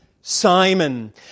Simon